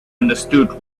understood